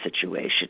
situation